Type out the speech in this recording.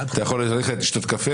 נתכנס שוב